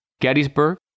Gettysburg